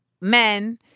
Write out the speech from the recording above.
men